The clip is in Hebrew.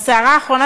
בסערה האחרונה,